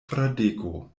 fradeko